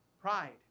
Pride